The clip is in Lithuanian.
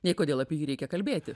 nei kodėl apie jį reikia kalbėti